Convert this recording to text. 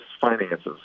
finances